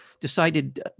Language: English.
decided